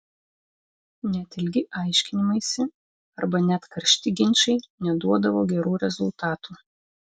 net ilgi aiškinimaisi arba net karšti ginčai neduodavo gerų rezultatų